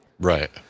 right